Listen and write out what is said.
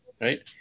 right